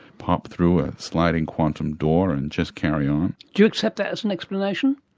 pop through a sliding quantum door and just carry on. do you accept that as an explanation?